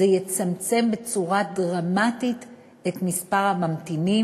זה יצמצם בצורה דרמטית את מספר הממתינים